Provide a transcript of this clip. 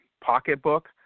pocketbook